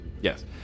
Yes